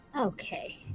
Okay